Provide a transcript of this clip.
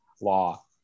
Law